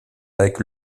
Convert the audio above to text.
avec